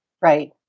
Right